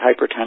hypertension